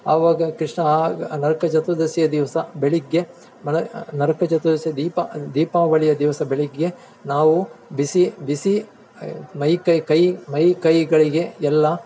ಅವಾಗ ಕೃಷ್ಣ ನರಕ ಚತುರ್ದಶಿಯ ದಿವಸ ಬೆಳಗ್ಗೆ ನರಕ ಚತುರ್ದಶಿಯ ದೀಪ ದೀಪಾವಳಿಯ ದಿವಸ ಬೆಳಗ್ಗೆ ನಾವು ಬಿಸಿ ಬಿಸಿ ಮೈ ಕೈ ಕೈ ಮೈ ಕೈಗಳಿಗೆ ಎಲ್ಲ